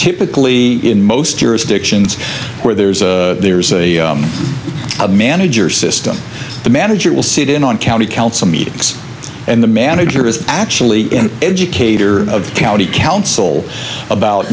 typically in most jurisdictions where there's a there's a manager system the manager will sit in on county council meetings and the manager is actually in educator of the county council about